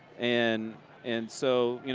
and and so, you